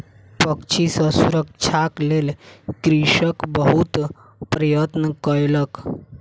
पक्षी सॅ सुरक्षाक लेल कृषक बहुत प्रयत्न कयलक